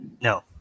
No